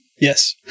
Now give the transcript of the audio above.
Yes